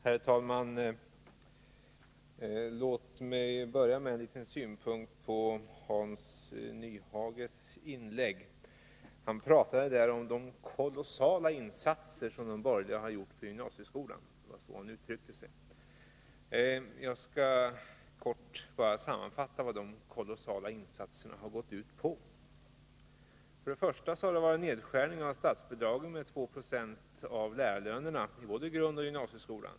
Herr talman! Låt mig börja med en synpunkt på Hans Nyhages inlägg. Han talade om de kolossala insatser som de borgerliga har gjort för gymnasieskolan. Det var så han uttryckte sig! Jag skall kort sammanfatta vad de kolossala insatserna har gått ut på. För det första har det varit nedskärningar av statsbidragen till lärarlöner med 2 20 i både grundoch gymnasieskolan.